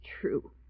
true